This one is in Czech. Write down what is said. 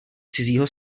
cizího